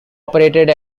operated